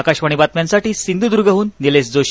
आकाशवाणी बातम्यांसाठी सिंधुदुर्गहून निलेश जोशी